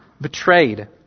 betrayed